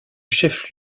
chef